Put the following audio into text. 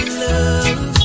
love